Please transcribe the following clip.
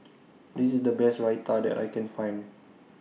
This IS The Best Raita that I Can Find